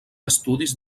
estudis